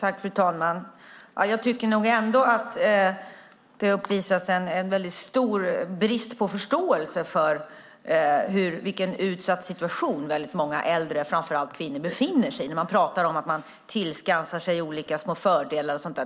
Fru talman! Jag tycker i alla fall att det visas stor brist på förståelse för vilken utsatt situation väldigt många äldre, framför allt kvinnor, befinner sig i. Man pratar om att man tillskansar sig olika små fördelar och sådant.